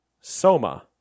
Soma